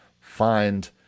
find